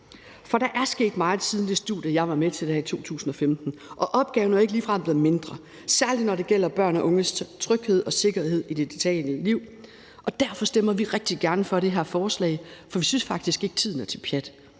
For der er sket meget siden det studie, jeg var med til i 2015, og opgaven er ikke ligefrem blevet mindre, særlig når det gælder børn og unges tryghed og sikkerhed i det digitale liv. Derfor stemmer vi rigtig gerne for det her forslag. Vi synes faktisk ikke, at tiden er til pjat.